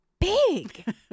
big